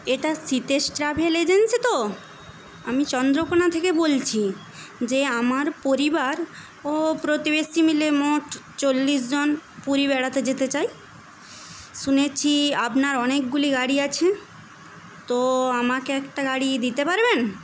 এটা Sitesh travel agency তো আমি চন্দ্রকোনা থেকে বলছি যে আমার পরিবার ও প্রতিবেশী মিলে মোট চল্লিশ জন পুরী বেড়াতে যেতে চায় শুনেছি আপনার অনেকগুলি গাড়ি আছে তো আমাকে একটা গাড়ি দিতে পারবেন